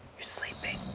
you're sleeping.